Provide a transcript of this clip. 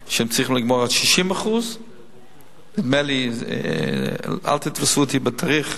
הם צריכים לגמור עד 60% אל תתפסו אותי בתאריך,